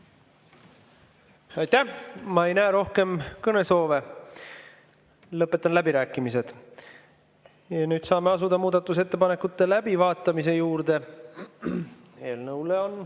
Aitäh! Ma ei näe rohkem kõnesoove. Lõpetan läbirääkimised. Nüüd saame asuda muudatusettepanekute läbivaatamise juurde. Eelnõu kohta